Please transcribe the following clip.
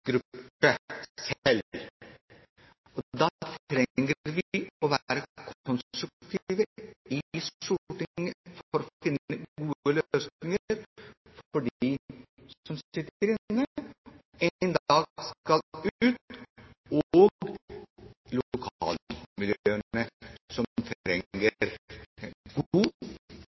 og da trenger vi å være konstruktive i Stortinget for å finne gode løsninger for dem som sitter inne og som en dag skal ut, og lokalmiljøene